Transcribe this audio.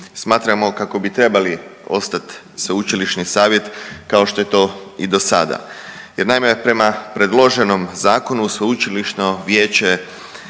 smatramo kako bi trebali ostat sveučilišni savjet kao što je to i dosada jer naime prema predloženom zakonu sveučilišno vijeće